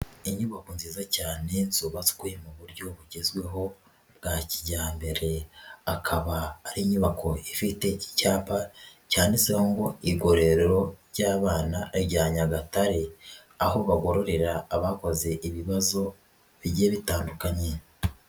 Inyubako nziza cyane zubabatswe mu buryo bugezweho bwa kijyambere. Akaba ari inyubako ifite icyapa cyanditseho ngo igororero ry'abana rya Nyagatare. Aho bagororera abakoze ibibazo bigiye bitandukanye.